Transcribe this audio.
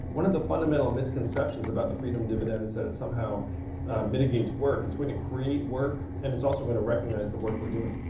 one of the fundamental misconceptions about the freedom dividend is that it somehow mitigates work. it's going to create work and it's also going to recognize the work we're doing.